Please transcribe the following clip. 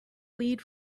lead